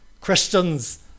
christians